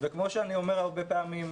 וכמו שאני אומר הרבה פעמים,